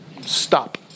Stop